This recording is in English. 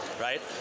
right